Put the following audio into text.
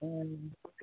ए